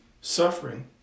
Suffering